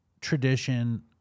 tradition